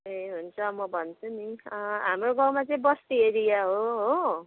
ए हुन्छ म भन्छु नि हाम्रो गाउँमा चाहिँ बस्ती एरिया हो हो